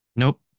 Nope